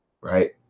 right